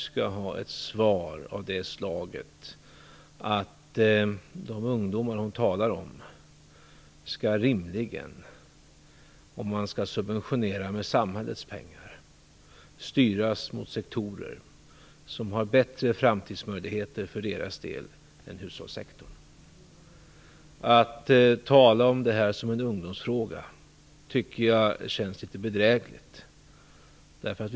Svaret blir att om man skall subventionera de ungdomar hon talar om med samhällets pengar, så skall de rimligen styras mot sektorer som har bättre framtidsmöjligheter för deras del än hushållssektorn. Att tala om det här som en ungdomsfråga tycker jag känns litet bedrägligt.